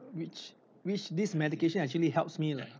which this medication actually helps me leh